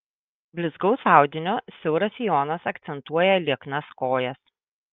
blizgaus audinio siauras sijonas akcentuoja lieknas kojas